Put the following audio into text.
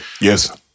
Yes